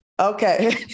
okay